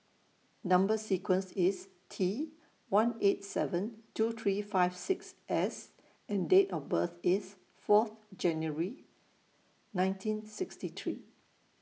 Number sequence IS T one eight seven two three five six S and Date of birth IS Fourth January nineteen sixty three